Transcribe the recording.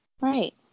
Right